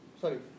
sorry